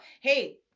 Hey